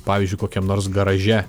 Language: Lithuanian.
pavyzdžiui kokiam nors garaže